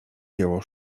dzieło